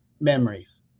memories